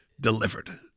delivered